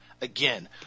again